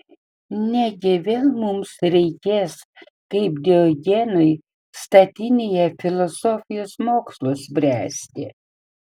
negi vėl mums reikės kaip diogenui statinėje filosofijos mokslus spręsti